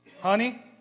Honey